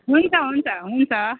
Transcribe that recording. हुन्छ हुन्छ हुन्छ